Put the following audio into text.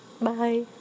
Bye